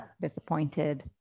Disappointed